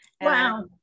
Wow